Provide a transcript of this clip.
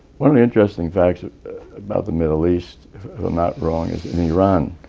one and interesting fact about the middle east, if i'm not wrong, is in iran,